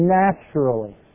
naturally